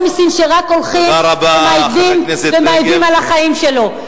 מסים שרק הולכים ומעיבים על החיים שלו.